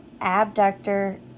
abductor